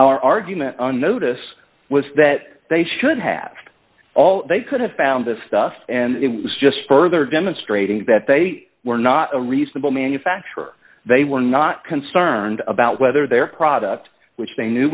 argument on notice was that they should have all they could have found this stuff and it was just further demonstrating that they were not a reasonable manufacturer they were not concerned about whether their product which they knew